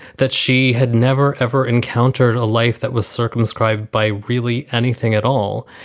that she had never, ever encountered a life that was circumscribed by really anything at all.